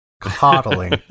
coddling